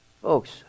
Folks